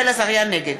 נגד